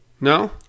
No